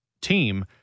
team